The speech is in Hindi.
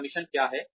मेरा मिशन क्या है